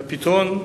והפתרון,